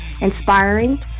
inspiring